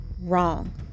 wrong